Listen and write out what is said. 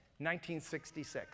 1966